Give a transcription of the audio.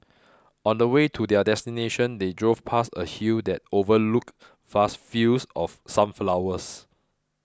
on the way to their destination they drove past a hill that overlooked vast fields of sunflowers